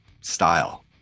style